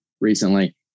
recently